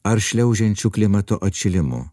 ar šliaužiančiu klimato atšilimu